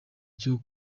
cyo